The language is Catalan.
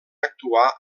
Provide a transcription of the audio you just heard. actuar